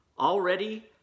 Already